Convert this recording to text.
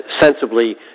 sensibly